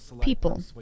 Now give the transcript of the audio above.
people